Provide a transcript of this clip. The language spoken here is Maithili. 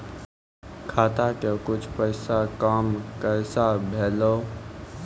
खाता के कुछ पैसा काम कैसा भेलौ?